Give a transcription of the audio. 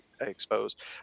exposed